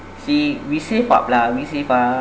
see we save up lah we save up